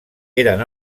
eren